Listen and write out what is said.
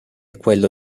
quello